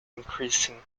increasing